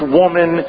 woman